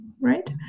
right